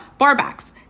barbacks